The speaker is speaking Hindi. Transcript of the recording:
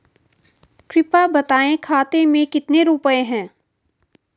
कृपया बताएं खाते में कितने रुपए हैं?